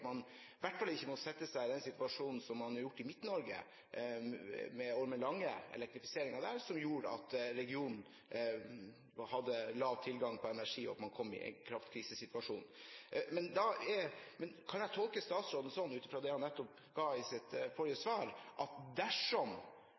man er i. Man må i hvert fall ikke sette seg i den situasjonen som man har kommet i i Midt-Norge, med elektrifiseringen av Ormen Lange, som har gjort at regionen har lav tilgang på energi, og man har en kraftkrisesituasjon. Kan jeg tolke statsråden sånn, ut fra det han nettopp sa i sitt forrige